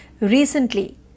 recently